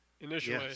Initially